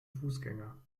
fußgänger